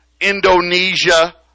Indonesia